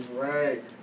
right